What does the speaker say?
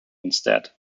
instead